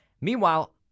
meanwhile